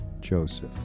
Joseph